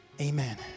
Amen